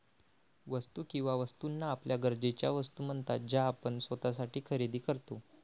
वस्तू किंवा वस्तूंना आपल्या गरजेच्या वस्तू म्हणतात ज्या आपण स्वतःसाठी खरेदी करतो